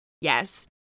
Yes